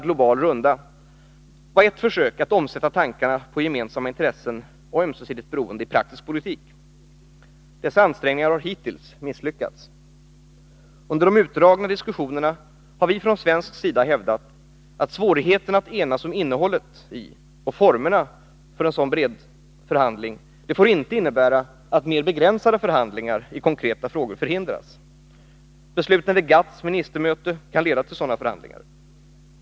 global runda — var ett försök att omsätta tankarna på gemensamma intressen och ömsesidigt beroende i praktisk politik. Dessa ansträngningar har hittills misslyckats. Under de utdragna diskussionerna har vi från svensk sida hävdat att svårigheterna att enas om innehållet i och formerna för en sådan bred förhandling inte får innebära att mer begränsade förhandlingar i konkreta frågor förhindras. Besluten vid GATT:s ministermöte kan leda till dylika förhandlingar.